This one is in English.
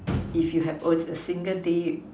if you have a a single day